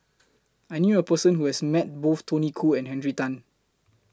I knew A Person Who has Met Both Tony Khoo and Henry Tan